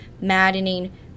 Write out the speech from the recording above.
maddening